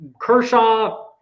Kershaw